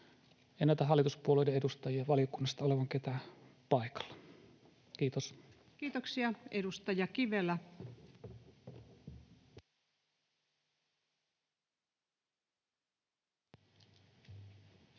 näytä hallituspuolueiden edustajia olevan ketään paikalla. — Kiitos. Kiitoksia. — Edustaja Kivelä. Arvoisa